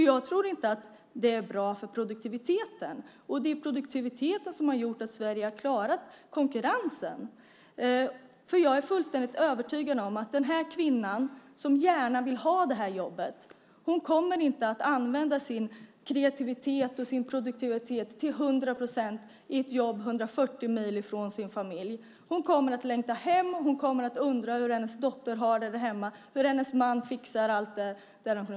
Jag tror inte att det är bra för produktiviteten, och det är produktiviteten som har gjort att Sverige har klarat konkurrensen. Jag är fullständigt övertygad om att den här kvinnan, som gärna vill ha det här jobbet, inte kommer att använda sin kreativitet och sin produktivitet till hundra procent i ett jobb 140 mil från sin familj. Hon kommer att längta hem. Hon kommer att undra hur hennes dotter har det där hemma och hur hennes man fixar allt.